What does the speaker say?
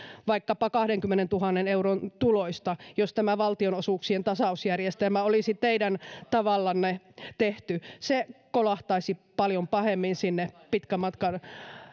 vaikkapa kahdenkymmenentuhannen euron tuloista jos tämä valtionosuuksien tasausjärjestelmä olisi teidän tavallanne tehty se kolahtaisi paljon pahemmin sinne pitkän matkan